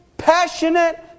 passionate